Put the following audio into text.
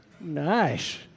Nice